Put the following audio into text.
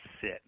sit